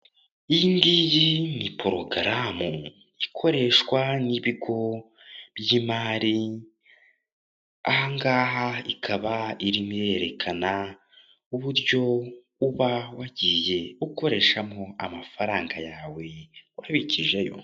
Iyi ngiyi ni porugaramu, ikoreshwa n'ibigo by'imari. Ahangaha ikaba irimo irerekana uburyo uba wagiye ukoreshamo amafaranga yawe, ikurikije...